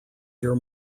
your